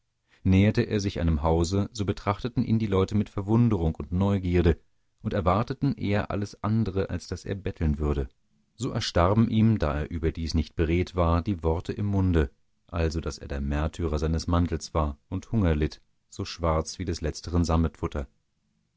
näherte er sich einem hause so betrachteten ihn die leute mit verwunderung und neugierde und erwarteten eher alles andere als daß er betteln würde so erstarben ihm da er überdies nicht beredt war die worte im munde also daß er der märtyrer seines mantels war und hunger litt so schwarz wie des letzteren